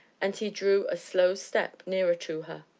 and he drew a slow step nearer to her.